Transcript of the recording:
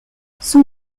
son